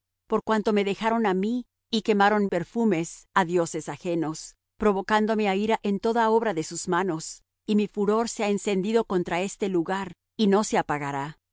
por cuanto me dejaron á mí y quemaron perfumes á dioses ajenos provocándome á ira en toda obra de sus manos y mi furor se ha encendido contra este lugar y no se apagará